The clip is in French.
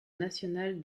national